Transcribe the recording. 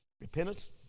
Repentance